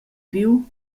viu